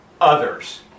others